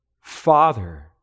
Father